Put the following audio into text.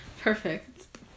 Perfect